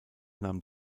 nahm